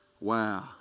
Wow